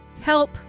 Help